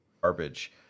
garbage